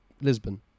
Lisbon